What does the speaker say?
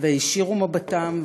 והישירו מבטם,